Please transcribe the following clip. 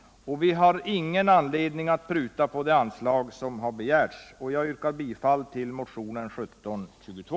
Vi har ingen anledning att pruta på det anslag som kommunen begärt. Herr talman! Jag yrkar bifall till motionen 1722.